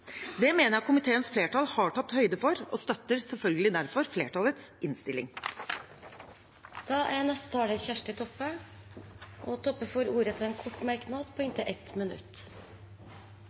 Det mener jeg at komiteens flertall har tatt høyde for, og støtter derfor selvfølgelig flertallets innstilling. Representanten Kjersti Toppe har hatt ordet to ganger tidligere og får ordet til en kort merknad, begrenset til 1 minutt.